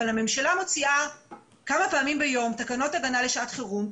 אבל הממשלה מוציאה כמה פעמים ביום תקנות הגנה לשעת חירום,